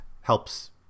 helps